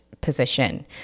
position